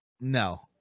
No